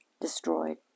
destroyed